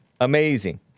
amazing